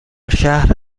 شهر